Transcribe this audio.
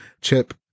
chip